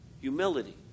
Humility